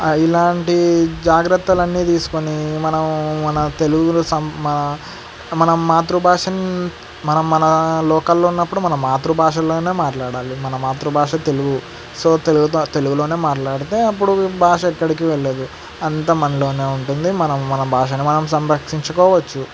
ఇలాంటి జాగ్రత్తలన్నీ తీసుకొని మనం మన తెలుగులో సం మన మనం మాతృభాష మనం మన లోకల్లో ఉన్నప్పుడు మన మాతృభాషలోనే మాట్లాడాలి మన మాతృభాష తెలుగు సో తెలుగుతో తెలుగులోనే మాట్లాడితే అప్పుడు భాష ఎక్కడికి వెళ్ళదు అంత మన లోనే ఉంటుంది మనం మన భాషని మనం సంరక్షించుకోవచ్చు